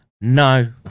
No